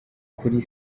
kuri